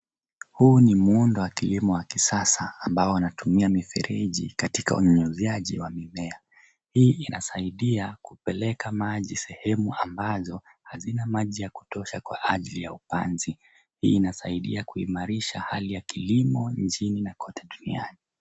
Huu ni muundo wa kilimo wa kisasa ambao wanatumia mifereji katika unyunyizaji wa mimea. Hii inasaidia kupeleka maji sehemu ambazo hazina maji ya kutosha kwa hali ya upanzi. Hii inasaidia kuimarisha hali ya kilimo nchini na kote duniani.